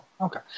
Okay